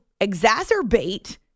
exacerbate